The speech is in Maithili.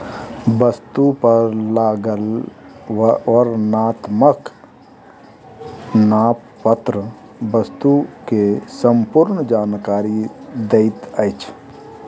वस्तु पर लागल वर्णनात्मक नामपत्र वस्तु के संपूर्ण जानकारी दैत अछि